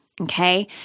Okay